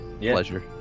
pleasure